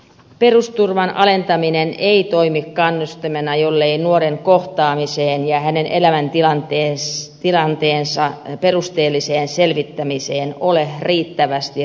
perusturvan alentaminen ei toimi kannustimena jollei nuoren kohtaamiseen ja hänen elämäntilanteensa perusteelliseen selvittämiseen ole riittävästi resursseja